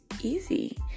easy